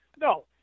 no